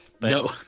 No